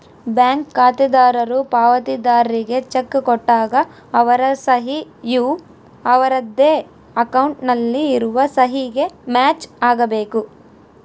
bank ಖಾತೆದಾರರು ಪಾವತಿದಾರ್ರಿಗೆ cheque ಕೊಟ್ಟಾಗ ಅವರ ಸಹಿ ಯು ಅವರದ್ದೇ ಅಕೌಂಟ್ ನಲ್ಲಿ ಇರುವ ಸಹಿಗೆ ಮ್ಯಾಚ್ ಆಗಬೇಕು